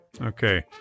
Okay